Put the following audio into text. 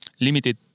limited